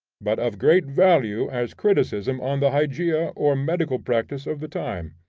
but of great value as criticism on the hygeia or medical practice of the time.